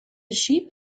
sheep